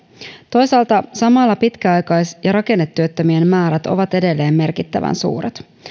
toisaalta samalla pitkäaikais ja rakennetyöttömien määrät ovat edelleen merkittävän suuret